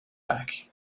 back